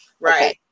right